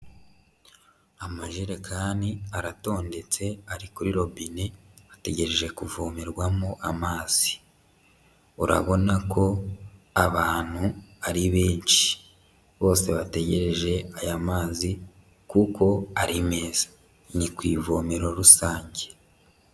Amajerekani aratondetse ari kuri robine ategereje kuvomerwamo amazi. Urabona ko abantu ari benshi bose bategereje aya mazi kuko ari meza. Ni ku ivomero rusange.